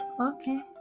Okay